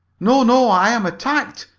no, no, i am attacked!